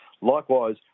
Likewise